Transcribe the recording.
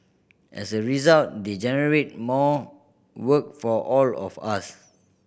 as a result they generate more work for all of us